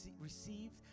received